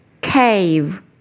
Cave